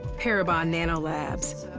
parabon nanolabs,